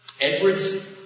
Edwards